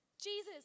Jesus